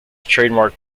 trademark